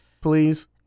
Please